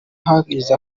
haheze